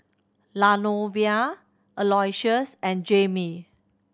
Lavonia Aloysius and Jaimee